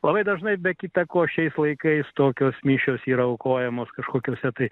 labai dažnai be kita ko šiais laikais tokios mišios yra aukojamos kažkokiuose tai